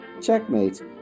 Checkmate